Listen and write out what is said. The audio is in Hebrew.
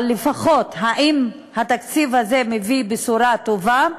אבל לפחות, האם התקציב הזה מביא בשורה טובה?